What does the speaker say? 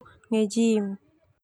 Nge gym.